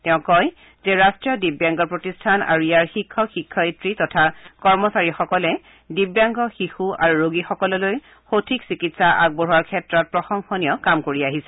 তেওঁ কয় যে ৰাষ্টীয় দিব্যাংগ প্ৰতিষ্ঠান আৰু ইয়াৰ শিক্ষক শিক্ষয়িত্ৰী তথা কৰ্মচাৰীসকলে দিব্যাংগ শিশু আৰু ৰোগীসকললৈ সঠিক চিকিৎসা আগবঢ়োৱাৰ ক্ষেত্ৰত প্ৰশংসনীয় কাম কৰি আহিছে